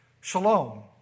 Shalom